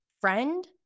friend